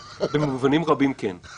במובנים רבים, כן.